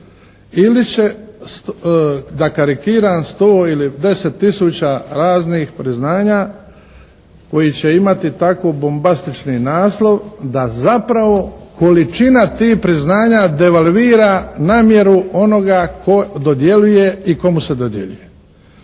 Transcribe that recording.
ili će da karikiram sto ili deset tisuća raznih priznanja koji će imati tako bombastični naslov da zapravo količina tih priznanja devalvira namjeru onoga tko dodjeljuje i komu se dodjeljuje.